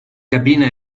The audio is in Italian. cabina